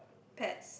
pets